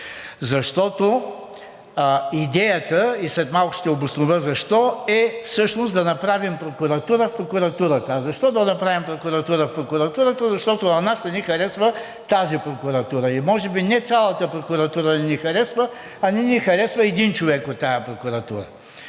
Защото идеята – и след малко ще обоснова защо – е всъщност да направим прокуратура в прокуратурата. А защо да направим прокуратура в прокуратурата? Защото на нас не ни харесва тази прокуратура. Може би не цялата прокуратура не ни харесва, а не ни харесва един човек от тази прокуратура.